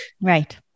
Right